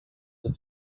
this